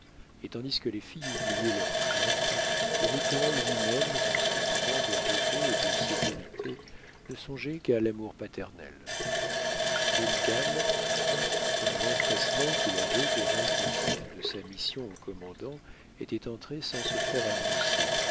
et tandis que les filles oubliaient leurs craintes le vétéran lui-même dans ce moment de repos et de sécurité ne songeait qu'à l'amour paternel duncan qui dans l'empressement qu'il avait dé rendre compte de sa mission au commandant était entré sans se faire annoncer